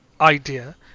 idea